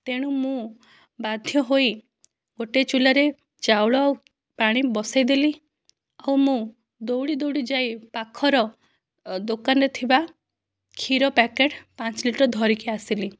ତେଣୁ ମୁଁ ବାଧ୍ୟ ହୋଇ ଗୋଟିଏ ଚୁଲ୍ଲାରେ ଚାଉଳ ଆଉ ପାଣି ବସେଇଦେଲି ଆଉ ମୁଁ ଦୌଡ଼ି ଦୌଡ଼ି ଯାଇ ପାଖର ଦୋକାନରେ ଥିବା କ୍ଷୀର ପ୍ୟାକେଟ ପାଞ୍ଚ ଲିଟର ଧରିକି ଆସିଲି